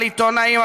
על עיתונאים,